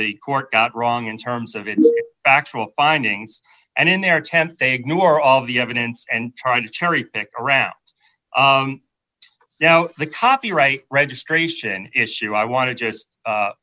the court got wrong in terms of the actual findings and in their attempt they ignore all of the evidence and try to cherry pick around now the copyright registration issue i want to just